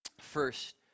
First